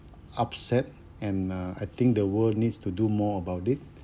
upset and uh I think the world needs to do more about it